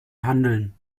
handeln